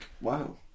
Wow